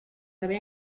haver